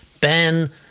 Ben